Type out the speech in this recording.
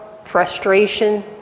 Frustration